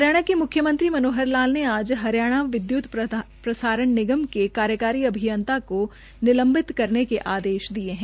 हरियाणा के म्ख्यमंत्री मनोहर लाल ने आज हरियाणा विध्त प्रसारण निगम के कार्यकारी अभियंता को निलम्बित करेन के आदेश दिये है